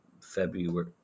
February